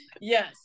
Yes